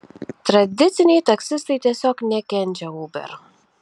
tradiciniai taksistai tiesiog nekenčia uber